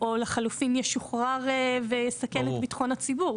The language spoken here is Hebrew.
או לחילופין ישוחרר ויסכן את ביטחון הציבור.